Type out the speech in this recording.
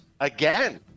Again